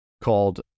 called